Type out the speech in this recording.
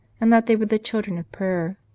and that they were the children of prayer.